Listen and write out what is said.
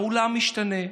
העולם משתנה,